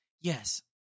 Yes